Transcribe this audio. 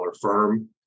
firm